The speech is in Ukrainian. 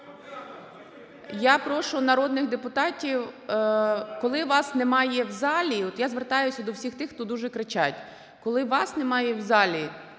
Я прошу народних депутатів, коли вас немає в залі… От я звертаюся до всіх тих, хто дуже кричать. Коли вас немає в залі,